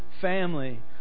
family